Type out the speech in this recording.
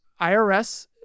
IRS